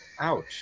Ouch